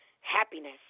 Happiness